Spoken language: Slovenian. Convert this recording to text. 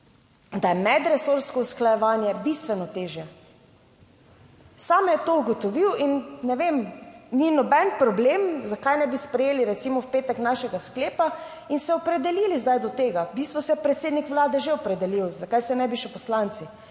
da je medresorsko usklajevanje bistveno težje. Sam je to ugotovil in ne vem, ni noben problem, zakaj ne bi sprejeli recimo v petek našega sklepa in se opredelili zdaj do tega. V bistvu se je predsednik Vlade že opredelil, zakaj se ne bi še poslanci,